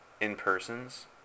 in-persons